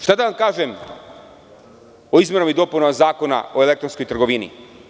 Šta da vam kažem o izmenama i dopunama Zakona o elektronskoj trgovini?